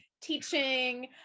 teaching